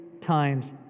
times